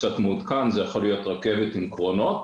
וזה יכול להיות גם רכבת עם קרונות.